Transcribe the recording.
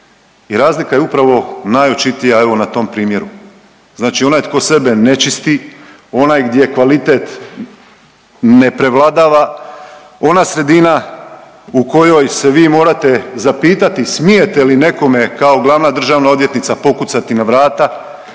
razlika je upravo najočitija evo na tom primjeru. Znači onaj tko sebe ne čisti, onaj gdje kvalitet ne prevladava, ona sredina u kojoj se vi morate zapitati smijete li nekome kao glavna državna odvjetnica pokucati na vrata